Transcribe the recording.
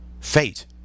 Fate